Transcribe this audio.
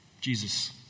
Jesus